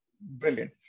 brilliant